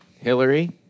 Hillary